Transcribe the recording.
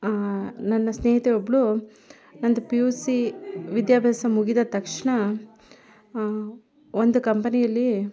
ನನ್ನ ಸ್ನೇಹಿತೆ ಒಬ್ಬಳು ನಂದು ಪಿ ಯು ಸಿ ವಿದ್ಯಾಭ್ಯಾಸ ಮುಗಿದ ತಕ್ಷಣ ಒಂದು ಕಂಪನಿಯಲ್ಲಿ